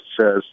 says